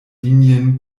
linien